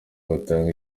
batanga